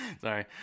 sorry